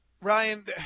Ryan